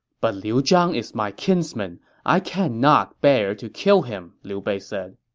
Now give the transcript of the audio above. but liu zhang is my kinsman i cannot bear to kill him, liu bei said